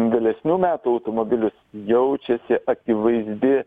vėlesnių metų automobilius jaučiasi akivaizdi